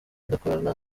dukorana